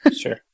Sure